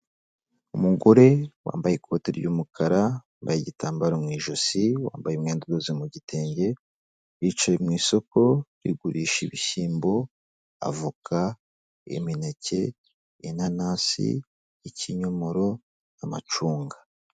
Umugore wambaye ikote ry'umukara, wambaye igitambaro mu ijosi, wambaye umwenda udoze mu gitenge, yicaye mu isoko rigurisha ibishyimbo, avoka, imineke, inanasi, ikinyomoro, amacunga.